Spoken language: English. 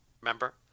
Remember